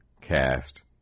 cast